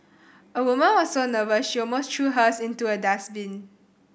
a woman was so nervous she almost threw hers into a dustbin